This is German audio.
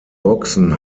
boxen